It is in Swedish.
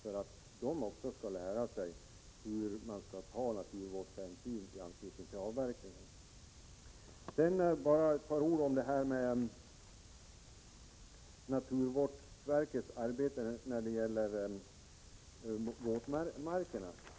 Också de skall lära sig hur man skall ta naturvårdshänsyn i anslutning till avverkningen. Bara några få ord om naturvårdsverkets arbete när det gäller våtmarkerna.